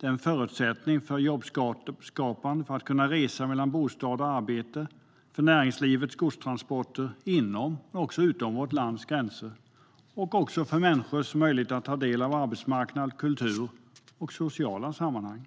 Det är en förutsättning för jobbskapande, för att kunna resa mellan bostad och arbete, för näringslivets godstransporter inom och utom vårt lands gränser och för att kunna ta del av arbetsmarknad, kultur och sociala sammanhang.